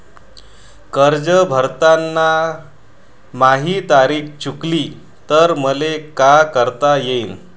कर्ज भरताना माही तारीख चुकली तर मले का करता येईन?